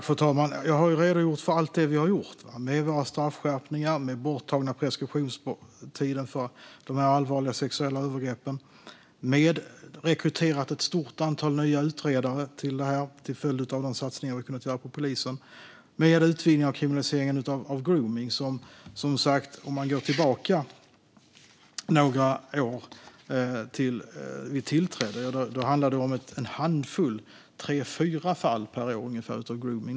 Fru talman! Jag har redogjort för allt det som vi har gjort - straffskärpningar och borttagna preskriptionstider för dessa allvarliga sexuella övergrepp, rekrytering av ett stort antal nya utredare för detta till följd av de satsningar som vi har kunnat göra på polisen, utvidgning av kriminalisering av gromning. Om vi går tillbaka några år till då vi tillträdde handlade det om en handfull fall per år av gromning - 3 till 4 fall - som man lyckades lagföra.